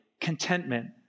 contentment